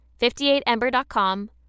58ember.com